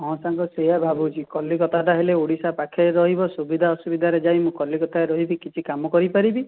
ହଁ ସାଙ୍ଗ ସେଇଆ ଭାବୁଛି କଲିକତାଟା ହେଲେ ଓଡ଼ିଶା ପାଖରେ ରହିବ ସୁବିଧା ଅସୁବିଧାରେ ଯାଇ ମୁଁ କଲିକତାରେ ରହିବି କିଛି କାମ କରିପାରିବି